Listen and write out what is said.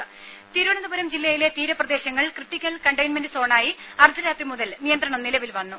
ദേദ തിരുവനന്തപുരം ജില്ലയിലെ തീരപ്രദേശങ്ങൾ ക്രിട്ടിക്കൽ കണ്ടെയിൻമെന്റ് സോണായി അർധരാത്രി മുതൽ നിയന്ത്രണം നിലവിൽ വന്നു